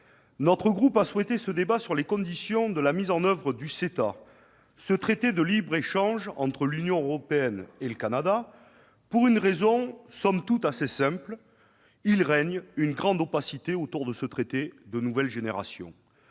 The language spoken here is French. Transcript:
mon groupe a souhaité ce débat sur les conditions de la mise en oeuvre du CETA, ce traité de libre-échange conclu entre l'Union européenne et le Canada, pour une raison, somme toute, assez simple : il règne une grande opacité autour de ce traité de nouvelle génération